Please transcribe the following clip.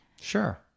Sure